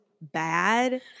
bad